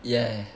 yeah